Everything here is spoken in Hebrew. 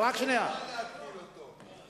חובה להגביל אותו.